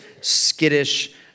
skittish